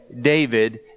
David